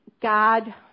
God